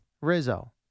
Rizzo